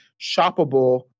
shoppable